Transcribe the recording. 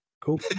Cool